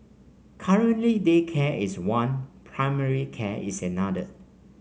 currently daycare is one primary care is another